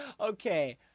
Okay